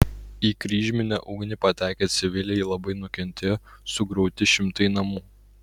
į kryžminę ugnį patekę civiliai labai nukentėjo sugriauti šimtai namų